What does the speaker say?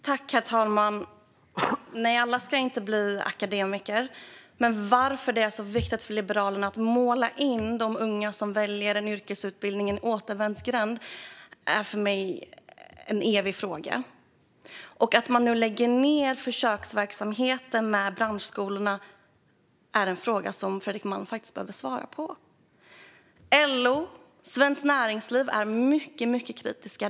Herr talman! Nej, alla ska inte bli akademiker. Men varför det är så viktigt för Liberalerna att mota in de unga som väljer en yrkesutbildning i en återvändsgränd är för mig en evig gåta. Att man nu lägger ned försöksverksamheten med branschskolorna är en fråga som Fredrik Malm faktiskt behöver svara på. LO och Svenskt Näringsliv är mycket kritiska.